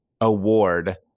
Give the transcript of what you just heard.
award